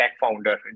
founder